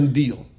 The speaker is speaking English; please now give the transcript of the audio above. deal